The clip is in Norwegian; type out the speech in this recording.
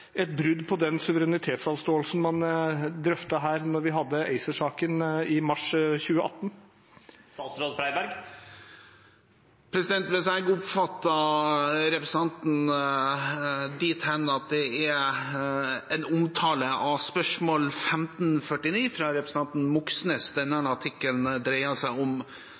et brudd på den suverenitetsavståelsen man drøftet her da vi hadde ACER-saken i mars 2018? Hvis jeg oppfattet representanten dit hen at det er en omtale av spørsmål 1549, fra representanten Moxnes, denne artikkelen dreier seg om,